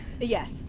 Yes